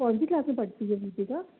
कौन सी क्लास में पढ़ती है दीपिका